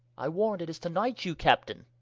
i warrant it is to knight you, captaine.